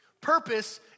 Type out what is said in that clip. Purpose